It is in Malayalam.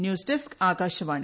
news desk Akashvani